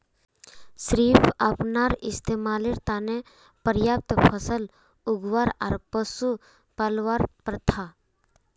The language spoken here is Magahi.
सिर्फ अपनार इस्तमालेर त न पर्याप्त फसल उगव्वा आर पशुक पलवार प्रथा